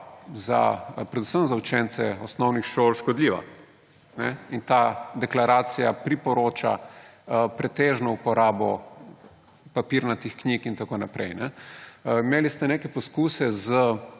predvsem za učence osnovnih šol škodljiva. Ta deklaracija priporoča pretežno uporabo papirnatih knjig in tako naprej. Imeli ste neke poskuse s